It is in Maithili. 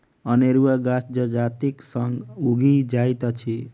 अनेरुआ गाछ जजातिक संग उगि जाइत अछि